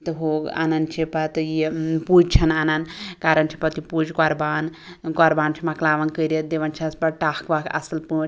تہٕ ہُو انان چھِ پَتہٕ یہِ پُج چھِن انان کَران چھُ پَتہٕ یہِ پُج قۄربان ٲں قۄربان چھِ مۄکلاوان کٔرِتھ دِوان چھِ اتھ پَتہٕ ٹَکھ وَکھ اصٕل پٲٹھۍ